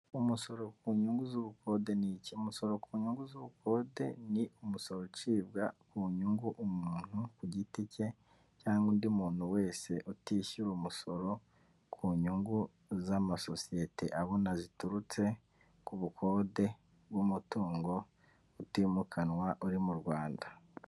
Umusoro ku nyungu z'ubukode ni iki? Umusoro ku nyungu z'ubukode ni umusoro ucibwa ku nyungu umuntu ku giti cye cyangwa undi muntu wese utishyura umusoro ku nyungu z'amasosiyete abona ziturutse ku bukode bw'umutungo utimukanwa uri mu Rwanda.